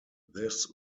this